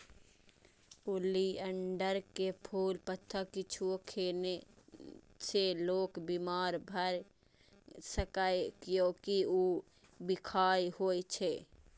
oleander के फूल, पत्ता किछुओ खेने से लोक बीमार भए सकैए, कियैकि ऊ बिखाह होइ छै